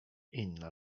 inna